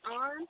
on